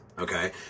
Okay